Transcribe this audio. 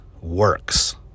works